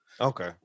Okay